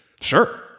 Sure